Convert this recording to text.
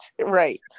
right